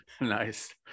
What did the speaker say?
Nice